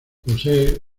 posee